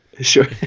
Sure